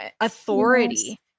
authority